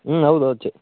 ಹ್ಞೂ ಹೌದ್ ಹೌದ್ ಚೆ